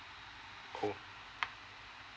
oh